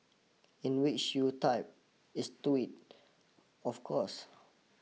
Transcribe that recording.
in which you typed is twit of course